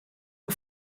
een